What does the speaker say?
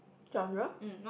genre